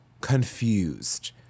confused